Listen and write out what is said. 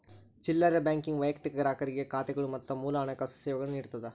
ಚಿಲ್ಲರೆ ಬ್ಯಾಂಕಿಂಗ್ ವೈಯಕ್ತಿಕ ಗ್ರಾಹಕರಿಗೆ ಖಾತೆಗಳು ಮತ್ತ ಮೂಲ ಹಣಕಾಸು ಸೇವೆಗಳನ್ನ ನೇಡತ್ತದ